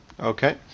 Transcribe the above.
Okay